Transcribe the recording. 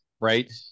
Right